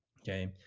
okay